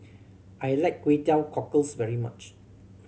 I like Kway Teow Cockles very much